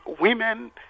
women